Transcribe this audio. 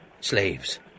Slaves